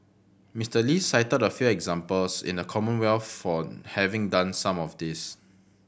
Mister Lee cited a few examples in the Commonwealth for having done some of this